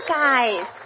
guys